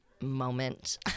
moment